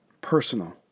personal